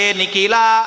nikila